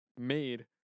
made